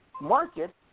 market